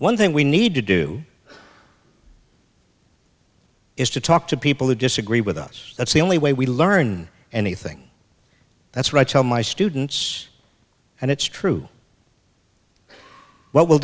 one thing we need to do is to talk to people who disagree with us that's the only way we learn anything that's right so my students and it's true what will